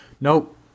nope